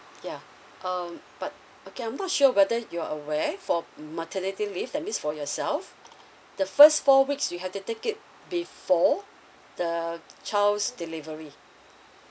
yeah um but okay I'm not sure whether you are aware for maternity leave that means for yourself the first four weeks you have to take it before the child's delivery